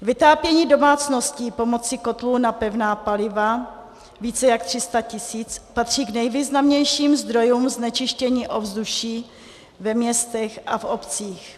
Vytápění domácností pomocí kotlů na pevná paliva, více jak 300 tisíc, patří k nejvýznamnějším zdrojům znečištění ovzduší ve městech a v obcích.